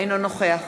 אינו נוכח